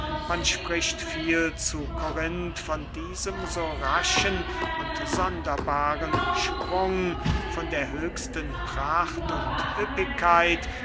man spricht viel zu korinth von diesem so raschen und sonderbaren sprung von der höchsten pracht und